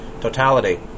totality